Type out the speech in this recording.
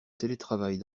télétravail